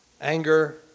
Anger